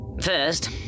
First